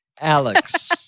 Alex